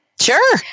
Sure